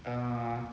um